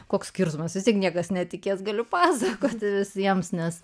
koks skirtumas vis tiek niekas netikės galiupasakoti visiems nes